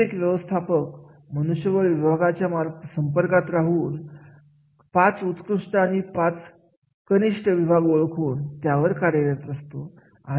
प्रत्येक व्यवस्थापक मनुष्यबळ विभागाच्या संपर्कात राहून पाच उत्कृष्ट आणि पाच कनिष्ठ विभाग ओळखून त्यावर कार्यरत असतो